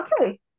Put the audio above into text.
Okay